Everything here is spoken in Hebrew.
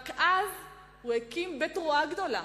רק אז הוא הקים בתרועה גדולה,